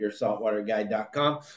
yoursaltwaterguide.com